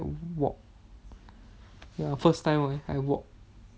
walk ya first time you know I walk